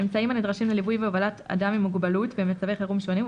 אמצעים הנדרשים לליווי והובלת אדם עם מוגבלות במצבי חירום שונים,